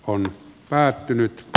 on päättynyt